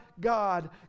God